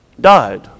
died